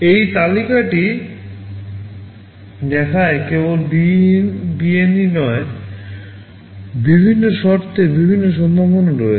এই তালিকাটি দেখায় কেবল বিএনএই নয় বিভিন্ন শর্তের বিভিন্ন সম্ভাবনা রয়েছে